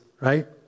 right